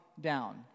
down